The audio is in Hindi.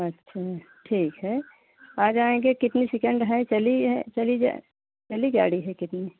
अच्छा ठीक़ है आ जाएँगे कितनी सेकेण्ड है चली है चली जाए चली गाड़ी है कितनी